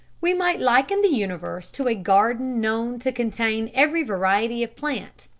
we might liken the universe to a garden known to contain every variety of plant.